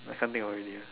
I can't think already ah